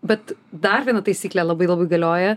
bet dar viena taisyklė labai labai galioja